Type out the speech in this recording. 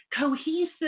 cohesive